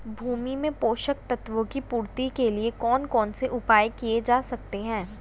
भूमि में पोषक तत्वों की पूर्ति के लिए कौन कौन से उपाय किए जा सकते हैं?